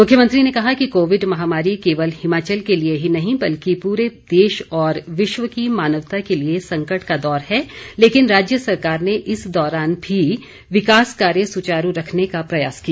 मुख्यमंत्री ने कहा कि कोविड महामारी केवल हिमाचल के लिए ही नहीं बल्कि पूरे देश और विश्व की मानवता के लिए संकट का दौर है लेकिन राज्य सरकार ने इस दौरान भी विकास कार्य सुचारू रखने का प्रयास किया